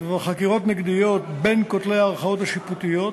וחקירות נגדיות בין כותלי הערכאות השיפוטיות,